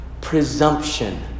presumption